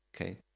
okay